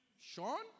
Sean